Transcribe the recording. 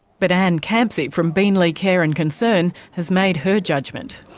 but ann campsie from beenleigh care and concern has made her judgement.